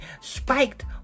spiked